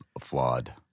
flawed